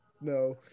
No